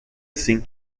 sim